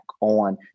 on